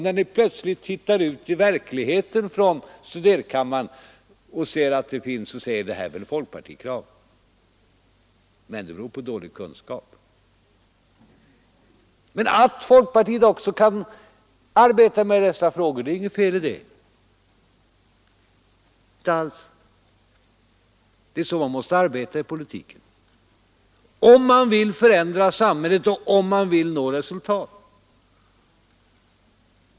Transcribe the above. När ni plötsligt tittar ut i verkligheten från studerkammaren säger ni att det är fråga om folkpartikrav — men det beror på dålig kunskap. Det är inget fel i att också folkpartiet arbetar med dessa frågor. Det är på detta sätt man måste verka i politiken, om man vill förändra samhället och nå resultat.